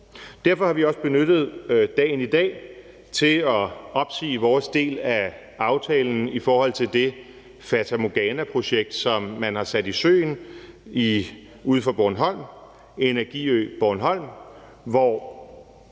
Derfor har vi også benyttet dagen i dag til at opsige vores del af aftalen i forhold til det fatamorganaprojekt, som man har sat i søen uden for Bornholm, med Energiø Bornholm, hvor